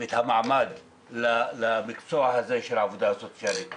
ואת המעמד למקצוע הזה של העבודה הסוציאלית.